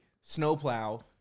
snowplow